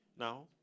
Now